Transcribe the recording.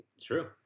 True